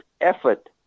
effort